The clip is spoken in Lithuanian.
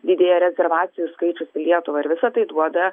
didėja rezervacijų skaičius į lietuvą ir visa tai duoda